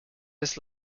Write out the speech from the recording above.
his